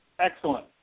Excellent